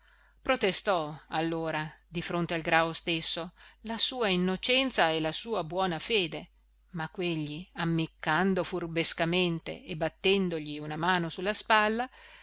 fatto protestò allora di fronte al grao stesso la sua innocenza e la sua buona fede ma quegli ammiccando furbescamente e battendogli una mano sulla spalla